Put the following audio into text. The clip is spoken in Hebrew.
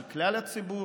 של כלל הציבור,